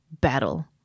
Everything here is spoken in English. battle